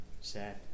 Sad